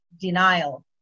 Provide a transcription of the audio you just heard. denial